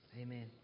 Amen